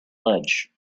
ledge